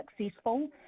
successful